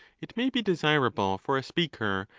it may be de sirable for a speaker,